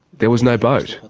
there was no boat.